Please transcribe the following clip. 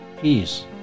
peace